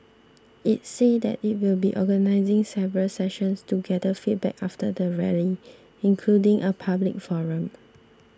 it said that it will be organising several sessions to gather feedback after the Rally including a public forum